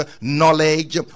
knowledge